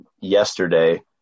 yesterday